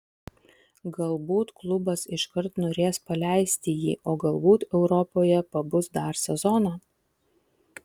galbūt klubas iškart norės paleisti jį o galbūt europoje pabus dar sezoną